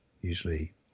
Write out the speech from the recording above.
usually